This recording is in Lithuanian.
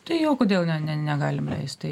tai o kodėl ne ne negalim leisti